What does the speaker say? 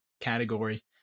category